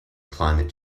climate